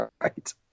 Right